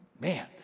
man